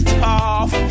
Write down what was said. tough